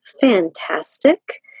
fantastic